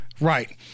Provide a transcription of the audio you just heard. Right